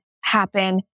happen